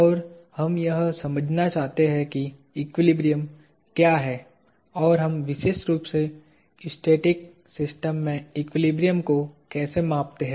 और हम यह समझना चाहते हैं कि एक्विलिब्रियम क्या है और हम विशेष रूप से स्टैटिक सिस्टम में एक्विलिब्रियम को कैसे मापते हैं